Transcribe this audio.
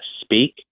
speak